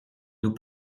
nous